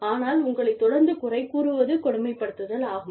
ஆனால் உங்களைத் தொடர்ந்து குறைகூறுவது கொடுமைப்படுத்துதல் ஆகும்